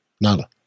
nada